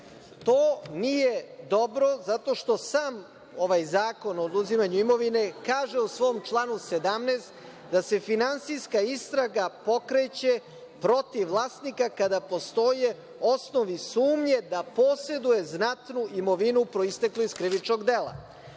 To nije dobro, zato što sam ovaj Zakon o oduzimanju imovine kaže u svom članu 17. da se finansijska istraga pokreće protiv vlasnika kada postoje osnovi sumnje da poseduje znatnu imovinu proisteklu iz krivičnog dela. Tu